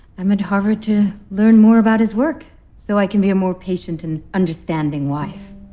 i'm at harvard to learn more about his work so i can be a more patient and understanding wife